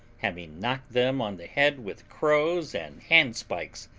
having knocked them on the head with crows and handspikes,